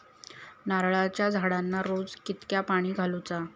नारळाचा झाडांना रोज कितक्या पाणी घालुचा?